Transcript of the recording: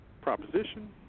proposition